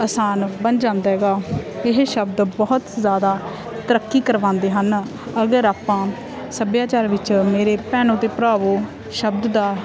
ਆਸਾਨ ਬਣ ਜਾਂਦਾ ਗਾ ਇਹ ਸ਼ਬਦ ਬਹੁਤ ਜ਼ਿਆਦਾ ਤਰੱਕੀ ਕਰਵਾਉਂਦੇ ਹਨ ਅਗਰ ਆਪਾਂ ਸੱਭਿਆਚਾਰ ਵਿੱਚ ਮੇਰੇ ਭੈਣੋ ਅਤੇ ਭਰਾਵੋ ਸ਼ਬਦ ਦਾ